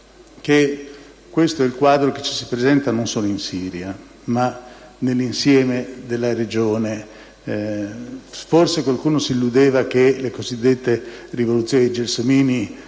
Questo è il quadro che ci si presenta, non solo in Siria, ma nell'insieme della regione. Forse qualcuno s'illudeva che le cosiddette rivoluzioni dei gelsomini